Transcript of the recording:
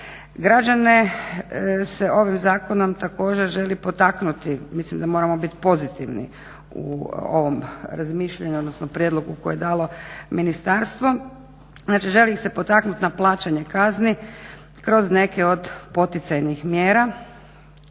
Građane se ovim zakonom također želi potaknuti, mislim da moramo biti pozitivni u ovom razmišljanju, odnosno prijedlogu koje je dalo Ministarstvo, znači želi ih se potaknuti na plaćanje kazni kroz neke od poticajnih mjera